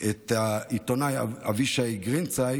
את העיתונאי אבישי גרינצייג,